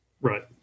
Right